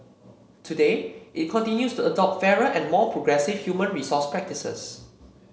today it continues to adopt fairer and more progressive human resource practices